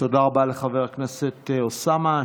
תודה רבה לחבר הכנסת אוסאמה.